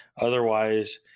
Otherwise